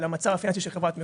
על המצב הפיננסי של חברת מקורות,